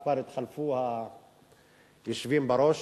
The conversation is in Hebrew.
כבר התחלפו היושבים בראש,